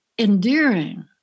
endearing